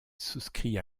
souscrit